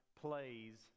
plays